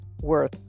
worth